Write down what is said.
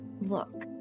look